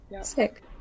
Sick